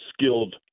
skilled